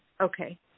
Okay